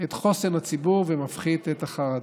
את חוסן הציבור ומפחית את החרדה.